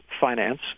finance